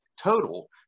total